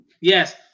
Yes